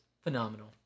phenomenal